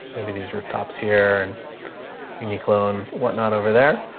maybe these rooftops here and uniqlo and whatnot over there.